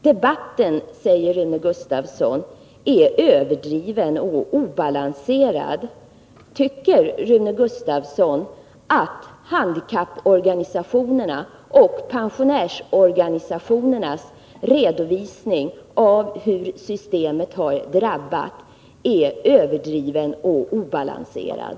Debatten, säger Rune Gustavsson, är överdriven och obalanserad. Tycker Rune Gustavsson att handikapporganisationernas och pensionärsorganisationernas redovisning av hur systemet har drabbat är överdriven och obalanserad?